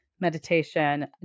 Meditation